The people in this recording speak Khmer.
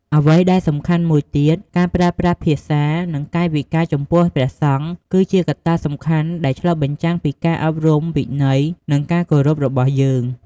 អ្វីដែលសំខាន់មួយទៀត ការប្រើប្រាស់ភាសា និងកាយវិការចំពោះព្រះសង្ឃ គឺជាកត្តាសំខាន់ដែលឆ្លុះបញ្ចាំងពីការអប់រំ វិន័យ និងការគោរពរបស់យើង។